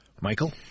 Michael